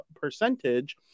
percentage